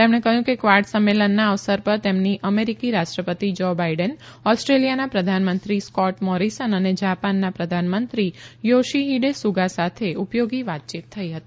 તેમણે કહયું કે કવાડ સંમેલનના અવસર પર તેમની અમેરીકી રાષ્ટ્રપતિ જો બાઇડેન ઓસ્ટ્રેલિયાના પ્રધાનમંત્રી સ્ક્રીટ મોરીસન અને જાપાનના પ્રધાનમંત્રી યોશિહિડે સુગા સાથે ઉપયોગી વાતયીત થઇ હતી